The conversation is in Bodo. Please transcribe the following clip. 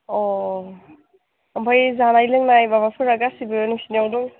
अ ओमफ्राय जानाय लोंनाय माबाफोरा गासैबो नोंसोरनियाव दं